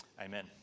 Amen